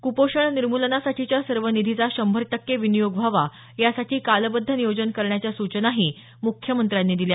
क्पोषण निर्मुलनासाठीच्या सर्व निधीचा शंभर टक्के विनियोग व्हावा यासाठी कालबद्ध नियोजन करण्याच्या सूचनाही मुख्यमंत्र्यांनी दिल्या